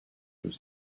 was